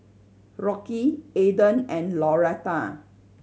Rocky Eden and Lauretta